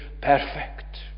perfect